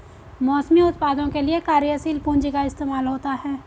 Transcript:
मौसमी उत्पादों के लिये कार्यशील पूंजी का इस्तेमाल होता है